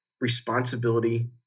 responsibility